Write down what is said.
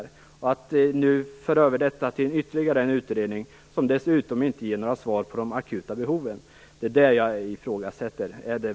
Är det verkligen riktigt att nu föra över detta till ytterligare en utredning, som dessutom inte innebär att de akuta behoven åtgärdas?